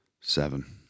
seven